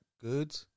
good